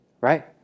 Right